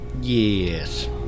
Yes